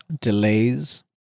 delays